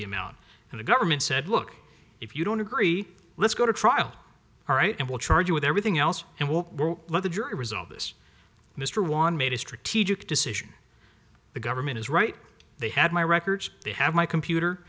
the amount and the government said look if you don't agree let's go to trial all right and we'll charge you with everything else and won't let the jury resolve this mr one made a strategic decision the government is right they had my records they have my computer